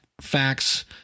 facts